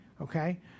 okay